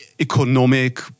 economic